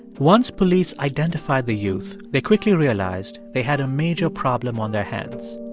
once police identified the youth, they quickly realized they had a major problem on their hands.